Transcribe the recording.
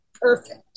perfect